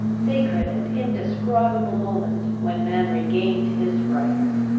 sacred and indescribable moment, when man regains his rights!